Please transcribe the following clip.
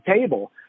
table